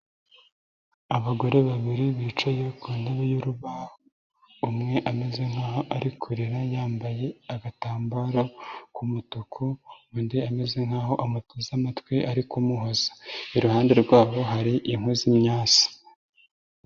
Abagore babiri bicaye ku ntebe y'urubaho. Umwe ameze nkaho ari kurira yambaye agatambaro k'umutuku, undi ameze nkaho amuteze amatwi ari kumuhoza. Iruhande rwabo hari inkwi z'imyase.